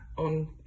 on